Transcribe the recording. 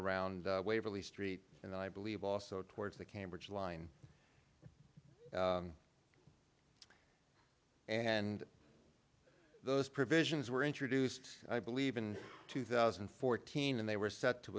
around waverly street and i believe also towards the cambridge line and those provisions were introduced i believe in two thousand and fourteen and they were set to